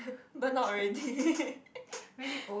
but not ready